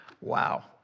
Wow